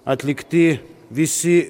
atlikti visi